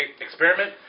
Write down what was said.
experiment